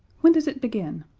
when does it begin?